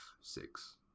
six